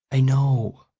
i know,